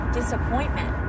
disappointment